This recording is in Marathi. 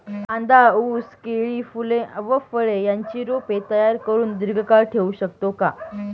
कांदा, ऊस, केळी, फूले व फळे यांची रोपे तयार करुन दिर्घकाळ ठेवू शकतो का?